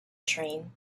train